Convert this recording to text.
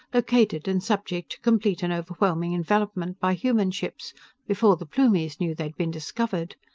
located and subject to complete and overwhelming envelopment by human ships before the plumies knew they'd been discovered.